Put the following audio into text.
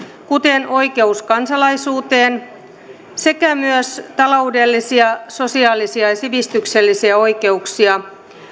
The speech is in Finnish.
kuten oikeus kansalaisuuteen sekä myös taloudellisia sosiaalisia ja sivistyksellisiä oikeuksia